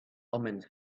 omens